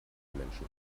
menschen